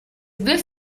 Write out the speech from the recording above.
this